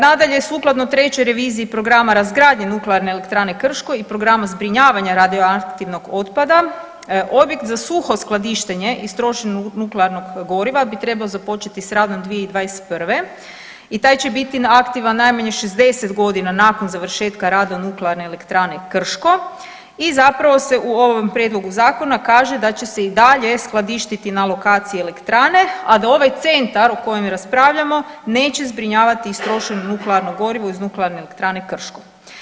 Nadalje, sukladno trećoj reviziji programa razgradnje Nuklearne elektrane Krško i programa zbrinjavanja radioaktivnog otpada objekt za suho skladištenje istrošenog nuklearnog goriva bi trebao započet sa radom 2021. i taj će biti aktivan najmanje 60.g. nakon završetka rada Nuklearne elektrane Krško i zapravo se u ovom prijedlogu zakona kaže da će se i dalje skladištiti na lokaciji elektrane, a da ovaj centar o kojem raspravljamo neće zbrinjavati istrošeno nuklearno gorivo iz Nuklearne elektrane Krško.